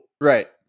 right